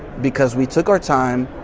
because we took our time,